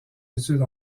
études